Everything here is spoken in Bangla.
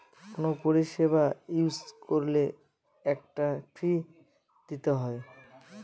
কোনো পরিষেবা ইউজ করলে একটা ফী দিতে হয়